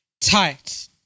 Tight